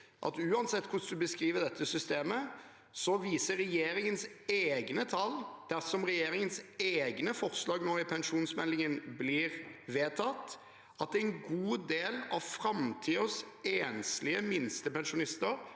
at uansett hvordan man beskriver dette systemet, viser regjeringens egne tall – dersom regjeringens egne forslag i pensjonsmeldingen nå blir vedtatt – at en god del av framtidens enslige minstepensjonister